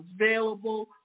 available